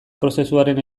prozesuaren